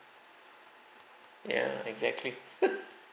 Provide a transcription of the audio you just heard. ya exactly